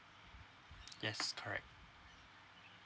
yes correct